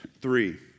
Three